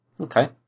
Okay